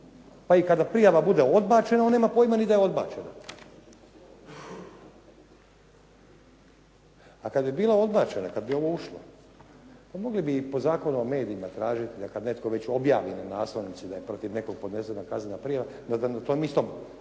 pa i kada prijava bude odbačena on nema pojma ni da je odbačena. A kad bi bila odbačena, kad bi ovo ušlo pa mogli bi po Zakonu o medijima tražiti da kad netko već objavi na naslovnici da je protiv nekog podnesena kaznena prijava da na tom istom